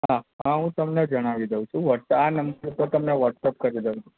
હા હા હું તમને જણાવી દઉં છું વોટ્સઅ આ નંબર પર તમને વ્હોટસપ કરી દઉં છું